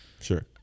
Sure